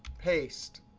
paste.